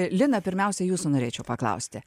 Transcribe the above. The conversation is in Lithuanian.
lina pirmiausia jūsų norėčiau paklausti